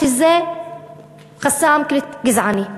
שזה חסם גזעני,